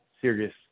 serious